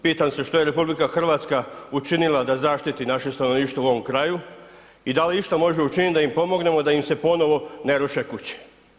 Pitam se što je RH učinila da zaštiti naše stanovništvo u ovom kraju i da li išta može učiniti da im pomognemo da im se ponovo ne ruše kuće?